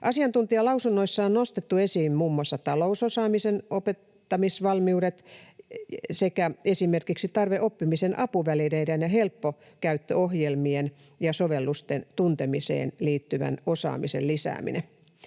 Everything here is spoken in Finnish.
Asiantuntijalausunnoissa on nostettu esiin muun muassa talousosaamisen opettamisvalmiudet sekä esimerkiksi tarve oppimisen apuvälineiden ja helppo käyttö -ohjelmien ja -sovellusten tuntemiseen liittyvän osaamisen lisäämiselle.